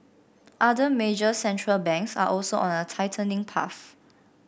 other major central banks are also on a tightening path